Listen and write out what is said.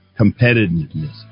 competitiveness